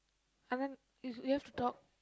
Anand we we have to talk